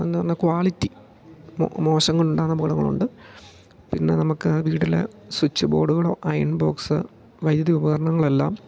എന്നു പറഞ്ഞാൽ ക്വാളിറ്റി മോശം കൊണ്ടുണ്ടാകുന്ന അപകടങ്ങൾ ഉണ്ട് പിന്നെ നമുക്ക് വീട്ടിലെ സ്വിച്ച് ബോർഡുകളോ അയൺ ബോക്സ് വൈദ്യതി ഉപകരണങ്ങളെല്ലാം